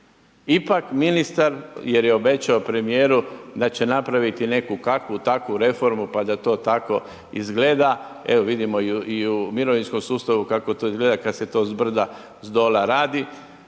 ipak ministar, jer je obećao premijeru da će napraviti neku kakvu takvu reformu pa da to tako izgleda, evo vidimo i u mirovinskom sustavu kako to izgleda kad se to zbrda zdola radi,